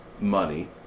money